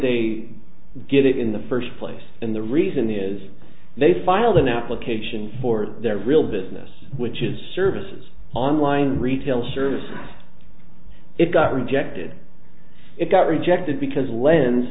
they get it in the first place and the reason is they filed an application for their real business which is services online retail service it got rejected it got rejected because